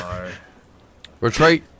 Retreat